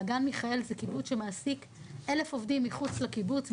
מעגל מיכאל הוא קיבוץ שמעסיק 1,000 עובדים מחוץ לקיבוץ,